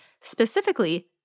Specifically